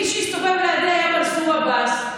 מי שהסתובב לידי היה מנסור עבאס.